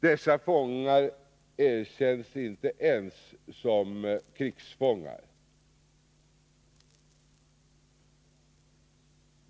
Dessa fångar erkänns inte ens som krigsfångar.